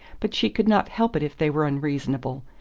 but she could not help it if they were unreasonable.